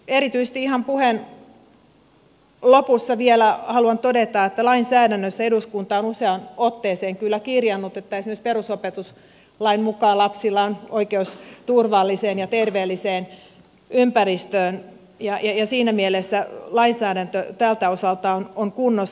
erityisesti ihan puheen lopussa vielä haluan todeta että lainsäädännössä eduskunta on useaan otteeseen kyllä kirjannut että esimerkiksi perusopetuslain mukaan lapsilla on oikeus turvalliseen ja terveelliseen ympäristöön ja siinä mielessä lainsäädäntö tältä osalta on kunnossa